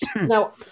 Now